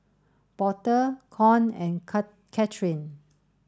Porter Con and Kathryn